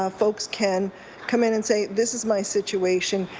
um folks can come in and say this is my situation,